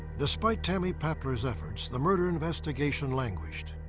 despite tammy papler's efforts, the murder investigation languished.